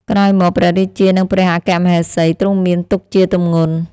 ក្រោយមកព្រះរាជានិងព្រះអគ្គមហេសី ទ្រង់មានទុក្ខជាទម្ងន់